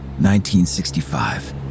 1965